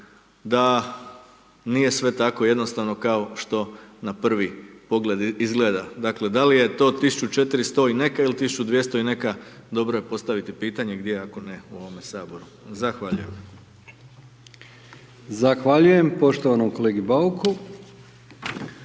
da nije sve tako jednostavno kao što na prvi pogled izgleda, dakle da li je to 1400- i neke ili 1200. i neka, dobro je postaviti pitanje gdje ako ne u ovome Saboru. Zahvaljujem. **Brkić, Milijan (HDZ)** Zahvaljujem poštovanom kolegi Bauku.